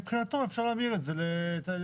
מבחינתו אפשר להעביר את זה למגורים.